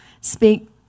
speak